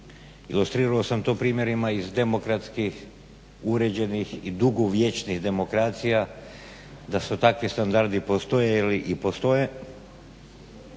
ilustrirao sam to primjerima iz demokratskih, uređenih i dugovječnih demokracija da su takvi standardi postojali i postoje